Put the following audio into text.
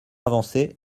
avancée